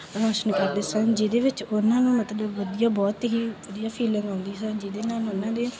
ਰੋਸ਼ਨ ਕਰਦੇ ਸਨ ਜਿਹਦੇ ਵਿੱਚ ਉਹਨਾਂ ਨੂੰ ਮਤਲਬ ਵਧੀਆ ਬਹੁਤ ਹੀ ਵਧੀਆ ਫੀਲਿੰਗ ਆਉਂਦੀ ਸ ਜਿਹਦੇ ਨਾਲ ਉਹਨਾਂ ਦੇ